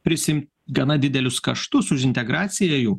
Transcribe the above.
prisiimt gana didelius kaštus už integraciją jų